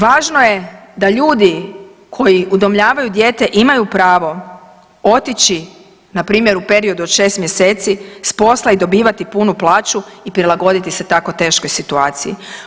Važno je da ljudi koji udomljavaju dijete imaju pravo otići, npr. u periodu od 6 mjeseci s posla i dobivati punu plaću i prilagoditi se tako teškoj situaciji.